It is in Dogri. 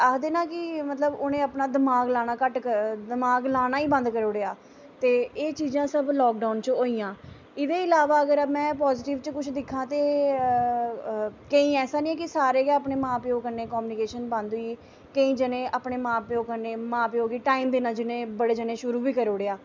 आखदे ना कि मतलब उ'नें अपना दमाग लाना घट्ट करी ओड़ेआ दिमाग लाना ई बंद करी औड़ेआ ते एह् चीजां सब लाकडाउन च होइयां एह्दे इलावा अगर में पाजिटिव च कुछ दिक्खां ते केईं ऐसा निं ऐ केह् सारे गै अपने मां प्यो कन्नै कम्यनिकेशन बंद होई गेई केईं जने अपने मां प्यो कन्नै मां प्यो गी टाइम देना जिनें बड़े जने शुरू बी करी ओड़ेआ